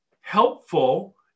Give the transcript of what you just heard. helpful